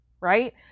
right